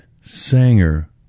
Sanger